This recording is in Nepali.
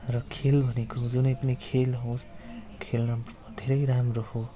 र खेल भनेको जुनै पनि खेल होस् खेल्न धेरै राम्रो हो